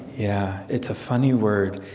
yeah. it's a funny word.